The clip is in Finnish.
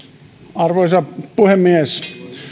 arvoisa puhemies